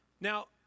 Now